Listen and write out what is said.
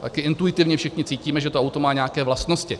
Taky intuitivně všichni cítíme, že to auto má nějaké vlastnosti.